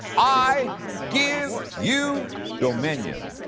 i give you dominion.